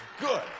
good